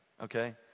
okay